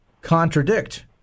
contradict